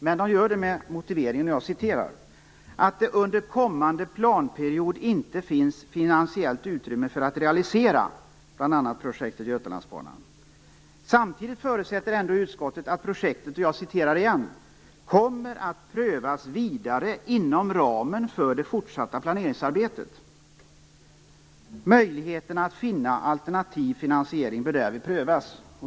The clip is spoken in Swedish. Man gör det med motiveringen att det under kommande planperiod inte finns finansiellt utrymme för att realisera bl.a. projektet Götalandsbanan. Samtidigt förutsätter ändå utskottet att projektet "kommer att prövas vidare inom ramen för det fortsatta planeringsarbetet. Möjligheterna att finna alternativ finansiering bör därvid prövas."